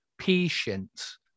patience